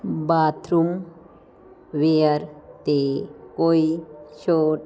bathroom ware 'ਤੇ ਕੋਈ ਛੋਟ